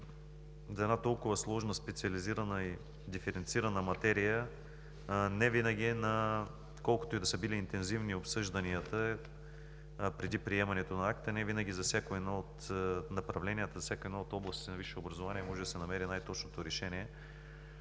за една толкова сложна, специализирана и диференцирана материя, колкото и да са били интензивни обсъжданията преди приемането на акта, невинаги за всяко едно от направленията, за всяка една от областите на висшето образование може да се намери най-точното решение.